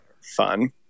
Fun